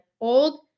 old